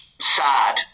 sad